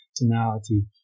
tonality